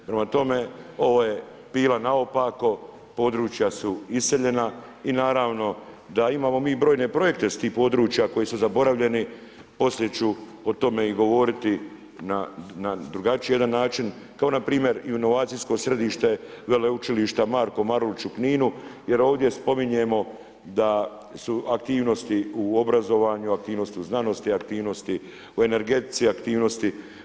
Prema tome, ovo je bila naopako, područja su iseljena i naravno, da imamo mi i brojne projekte iz tih područja, koje su zaboravljeni, poslije ću i o tome govoriti na drugačiji jedan način, kao npr. i o novacijsko središte veleučilišta Marko Marulić u Kninu, jer ovdje spominjemo da su aktivnosti u obrazovanju, aktivnosti u znanosti, aktivnosti u energetici, aktivnosti.